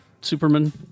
Superman